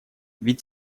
ведь